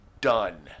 done